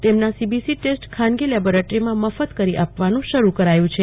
તેમના CBC test ખાનગી લેબોરેટરીમાં મફત કરી આપવાનું શરૂ કરાયું છે